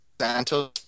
Santos